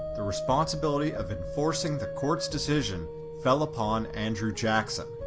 the responsibility of enforcing the court's decision fell upon andrew jackson.